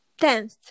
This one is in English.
tenth